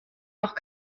noch